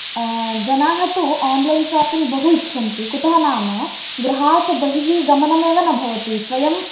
जनाः तु online shopping बहु इच्छन्ति कुतः नाम गृहात् बहिः गमनमेव न भवति स्वयं